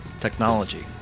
technology